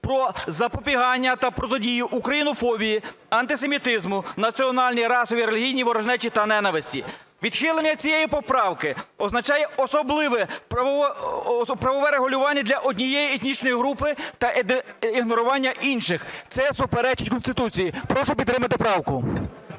"Про запобігання та протидію українофобії, антисемітизму, національній, расовій, релігійній ворожнечі та ненависті". Відхилення цієї поправки означає особливе правове регулювання для однієї етнічної групи та ігнорування інших – це суперечить Конституції. Прошу підтримати правку.